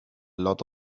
lot